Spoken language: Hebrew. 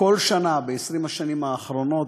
בכל שנה ב-20 השנים האחרונות,